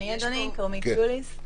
אני, אדוני, שלום.